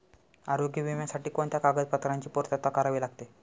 आरोग्य विम्यासाठी कोणत्या कागदपत्रांची पूर्तता करावी लागते?